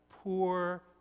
poor